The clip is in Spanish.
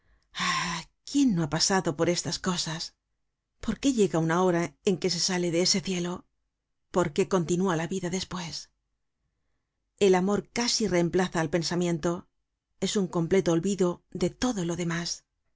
quién no ha pasado por estas cosas por qué llega una hora en que se sale de ese cielo por qué continúa la vida despues el amor casi reemplaza al pensamiento es un completo olvido de todo lo demás